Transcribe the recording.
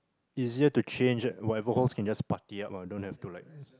easier to change it whatever holes can just putty up don't have to like